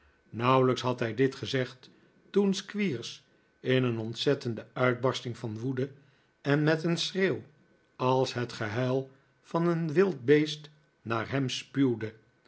nauwelijks had hij dit gezegd toen squeers in een ontzettende uitbarsting van woede en met een schreeuw als het gehuil van een wild beest naar hem spuwde